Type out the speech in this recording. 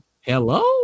Hello